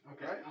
Okay